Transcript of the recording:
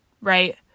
right